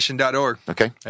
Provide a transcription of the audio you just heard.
Okay